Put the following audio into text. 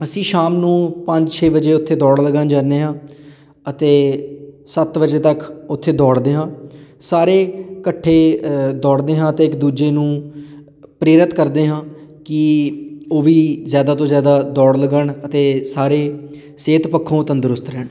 ਅਸੀਂ ਸ਼ਾਮ ਨੂੰ ਪੰਜ ਛੇ ਵਜੇ ਉੱਥੇ ਦੌੜ ਲਗਾਉਣ ਜਾਂਦੇ ਹਾਂ ਅਤੇ ਸੱਤ ਵਜੇ ਤੱਕ ਉੱਥੇ ਦੌੜਦੇ ਹਾਂ ਸਾਰੇ ਇਕੱਠੇ ਦੌੜਦੇ ਹਾਂ ਅਤੇ ਇੱਕ ਦੂਜੇ ਨੂੰ ਪ੍ਰੇਰਿਤ ਕਰਦੇ ਹਾਂ ਕਿ ਉਹ ਵੀ ਜ਼ਿਆਦਾ ਤੋਂ ਜ਼ਿਆਦਾ ਦੌੜ ਲਗਾਉਣ ਅਤੇ ਸਾਰੇ ਸਿਹਤ ਪੱਖੋਂ ਤੰਦਰੁਸਤ ਰਹਿਣ